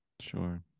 Sure